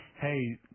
Hey